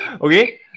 Okay